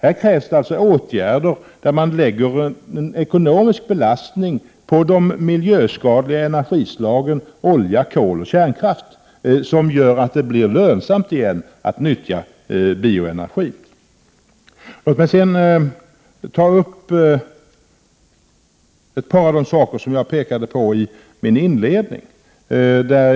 Här krävs det alltså åtgärder, som innebär att man lägger en ekonomisk belastning på de miljöskadliga energislagen olja, kol och kärnkraft som gör att det blir lönsamt igen att nyttja bioenergin. Låt mig ta upp ett par av de saker som jag pekade på i min inledning.